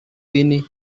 ini